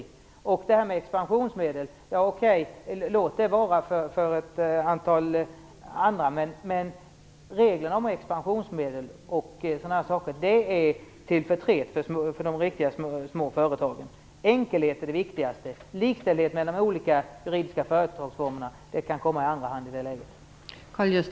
Låt bestämmelserna om expansionsmedel finnas för ett antal andra. Men reglerna om expansionsmedel är till förtret för de riktigt små företagen. Enkelhet är det viktigaste. Likställdhet mellan olika juridiska företagsformer kan komma i andra hand i det läget.